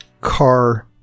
car